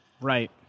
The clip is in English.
Right